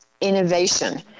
innovation